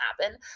happen